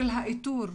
של האיתור.